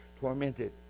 tormented